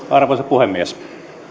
arvoisa puhemies